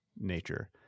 nature